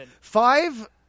Five